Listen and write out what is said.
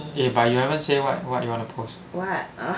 eh but you haven't say what what you want to post